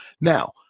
Now